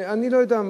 אני לא יודע,